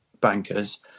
bankers